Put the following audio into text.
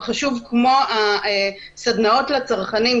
חשוב כמו הסדנאות לצרכנים,